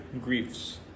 griefs